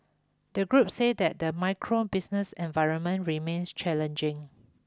the group say that the macro business environment remains challenging